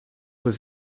was